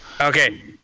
Okay